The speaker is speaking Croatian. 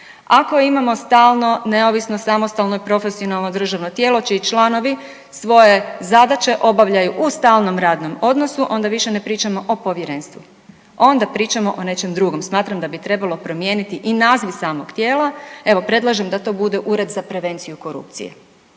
Ako imamo stalno neovisno, samostalno i profesionalno državno tijelo, čiji članovi svoje zadaće obavljaju u stalnom radnom odnosu, onda više ne pričamo o povjerenstvu. Onda pričamo o nečem drugom. Smatram da bi trebalo promijeniti i naziv samog tijela, evo predlažem da to bude Ured za prevenciju korupcije.